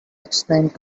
explained